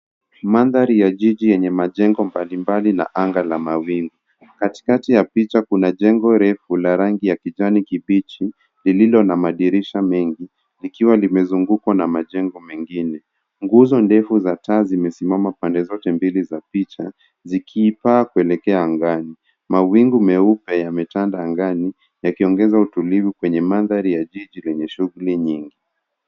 Mandhari ya jiji yenye majengo mbalimbali na anga la mawingu. Katikati ya picha kuna jengo refu la rangi ya kijani kibichi lililo na madirisha mengi, likiwa limezungukwa na majengo mengine. Nguzo ndefu za taa zimesimama pande zote mbili za picha zikipaa kuelekea angani. Mawingu meupe yametanda angani yakiongeza utulivu kwenye mandhari ya jiji lenye shughuli nyingi.